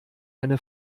eine